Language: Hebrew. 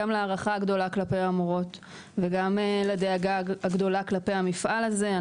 גם להערכה הגדולה כלפי המורות וגם לדאגה הגדולה כלפי המפעל הזה.